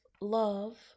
Love